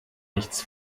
nichts